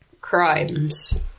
crimes